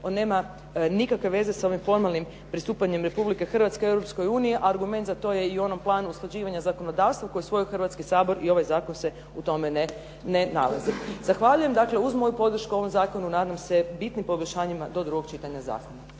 on nema nikakve veze s ovim formalnim pristupanjem Republike Hrvatske u Europsku uniju. Argument za to je i u onom planu usklađivanja zakonodavstva koji je usvojio Hrvatski sabor i ovaj zakon se u tome ne nalazi. Zahvaljuje. Dakle uz moju podršku ovom zakonu, nadam se bitnim poboljšanjima do drugog čitanja zakona.